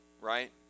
right